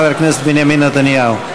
חבר הכנסת בנימין נתניהו.